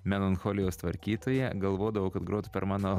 melancholijos tvarkytoja galvodavau kad grotų per mano